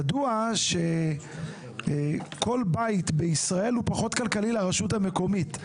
ידוע שכל בית בישראל הוא פחות כלכלי לרשות המקומית,